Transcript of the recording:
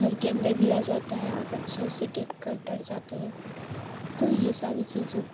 گھر کے اندر بھی آ جاتا ہے اور بچے اسے دیکھ کر ڈر جاتے ہیں تو یہ ساری چیزوں